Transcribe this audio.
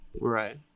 right